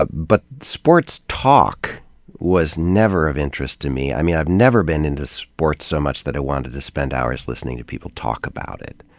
ah but sports talk was never of interest to me. i mean, i've never been into sports so much that i wanted to spend hours listening to people talk about it.